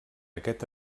aquest